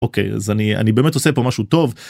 אוקיי, אז אני אני באמת עושה פה משהו טוב.